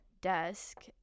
desk